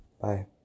Bye